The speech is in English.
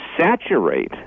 saturate